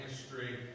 history